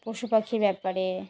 পশু পাখির ব্যাপারে